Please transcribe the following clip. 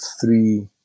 three